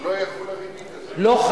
בין נותן ההלוואה למקבל ההלוואה, ולכן,